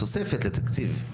תוספת לתקציב.